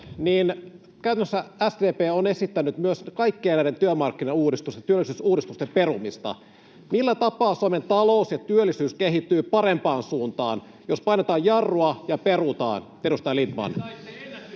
Käytännössä SDP on esittänyt myös kaikkien näiden työmarkkinauudistusten ja työllisyysuudistusten perumista. Millä tapaa Suomen talous ja työllisyys kehittyvät parempaan suuntaan, jos painetaan jarrua ja perutaan, edustaja Lindtman?